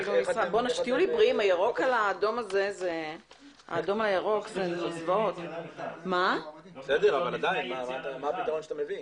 מה הפתרון שאתה מביא?